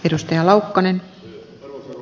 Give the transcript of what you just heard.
arvoisa rouva puhemies